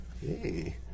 hey